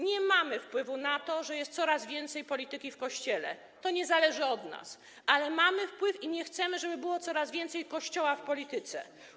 Nie mamy wpływu na to, że jest coraz więcej polityki w Kościele, to nie zależy od nas, ale mamy wpływ na to i nie chcemy, żeby było coraz więcej Kościoła w polityce.